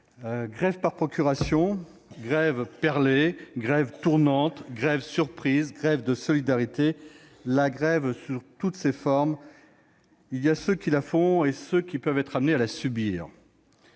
grève par procuration, grève perlée, grève tournante, grève surprise, grève de solidarité ... La grève sous toutes ses formes ! Il y a ceux qui la font et ceux qui peuvent être amenés à la subir.